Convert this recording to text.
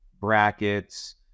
brackets